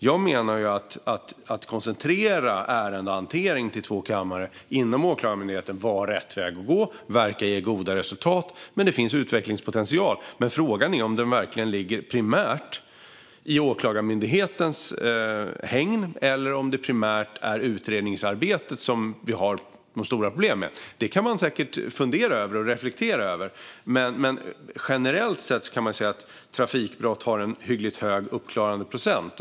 Jag menar att en koncentrering av ärendehanteringen till två kamrar inom Åklagarmyndigheten var rätt väg att gå och att det verkar ge goda resultat. Men det finns utvecklingspotential. Frågan är om detta verkligen ligger primärt i Åklagarmyndighetens hägn eller om det primärt är utredningsarbetet som vi har stora problem med. Detta kan man säkert fundera och reflektera över, men generellt sett kan man säga att trafikbrott har en hyggligt hög uppklaringsprocent.